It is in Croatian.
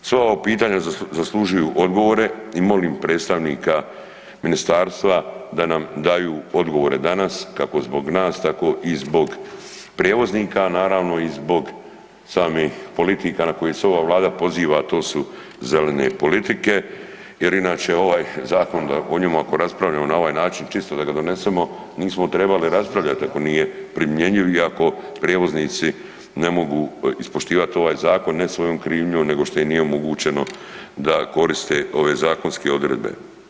Sva ova pitanja zaslužuju odgovore i molim predstavnika ministarstva da nam daju odgovore danas, kako zbog nas tako i zbog prijevoznika, a naravno i zbog samih politika na koje se ova Vlada poziva, a to su zelene politike jer inače ovaj zakon da o njemu ovako raspravljamo na ovaj način čisto da ga donesemo nismo trebali raspravljati ako nije primjenjiv i ako prijevoznici ne mogu ispoštivati ovaj zakon ne svojom krivnjom nego što im nije omogućeno da koriste ove zakonske odredbe.